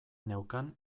neukan